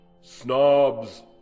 Snobs